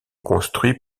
construits